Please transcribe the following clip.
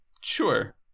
sure